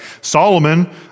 Solomon